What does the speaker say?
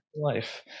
Life